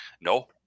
no